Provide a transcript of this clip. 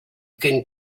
can